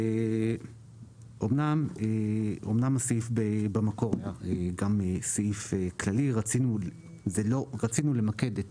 אמנם הסעיף במקור הוא גם סעיף --- רצינו למקד את